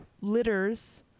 litters